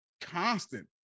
constant